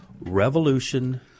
Revolution